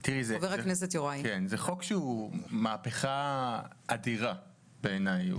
זה חוק שהוא מהפכה אדירה בעיניי.